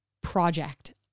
project